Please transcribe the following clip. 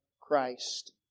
Christ